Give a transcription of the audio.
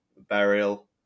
burial